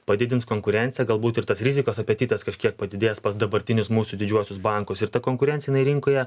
padidins konkurenciją galbūt ir tas rizikos apetitas kažkiek padidės pas dabartinius mūsų didžiuosius bankus ir ta konkurencinė rinkoje